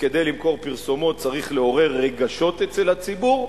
וכדי למכור פרסומות צריך לעורר רגשות אצל הציבור,